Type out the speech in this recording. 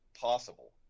possible